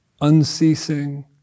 unceasing